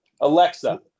Alexa